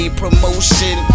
promotion